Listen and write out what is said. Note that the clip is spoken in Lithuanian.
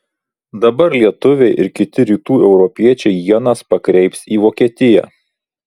dabar lietuviai ir kiti rytų europiečiai ienas pakreips į vokietiją